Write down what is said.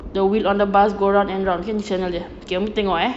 the wheel on the bus go round and round mungkin ni channel dia okay umi tengok eh